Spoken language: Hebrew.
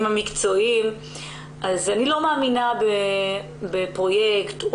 המקצועיים יודע שאני לא מאמינה בפרויקט,